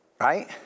Right